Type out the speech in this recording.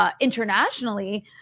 Internationally